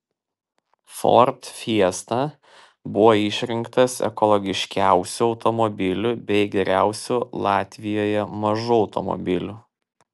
ford fiesta buvo išrinktas ekologiškiausiu automobiliu bei geriausiu latvijoje mažu automobiliu